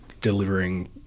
delivering